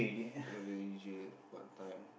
if not the usual part time